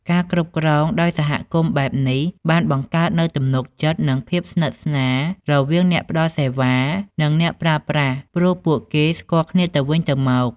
ការគ្រប់គ្រងដោយសហគមន៍បែបនេះបានបង្កើតនូវទំនុកចិត្តនិងភាពស្និទ្ធស្នាលរវាងអ្នកផ្តល់សេវា និងអ្នកប្រើប្រាស់ព្រោះពួកគេស្គាល់គ្នាទៅវិញទៅមក។